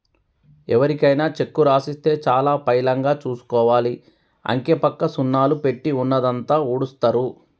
ఎవరికైనా చెక్కు రాసిస్తే చాలా పైలంగా చూసుకోవాలి, అంకెపక్క సున్నాలు పెట్టి ఉన్నదంతా ఊడుస్తరు